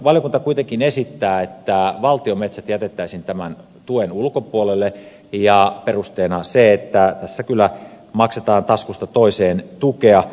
valiokunta kuitenkin esittää että valtion metsät jätettäisiin tämän tuen ulkopuolelle ja perusteena on se että tässä kyllä maksetaan taskusta toiseen tukea